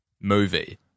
movie